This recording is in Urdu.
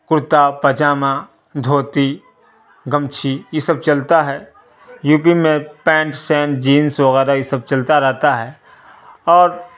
کرتا پاجامہ دھوتی گمچھی یہ سب چلتا ہے یو پی میں پینٹ سینٹ جینس وغیرہ یہ سب چلتا رہتا ہے اور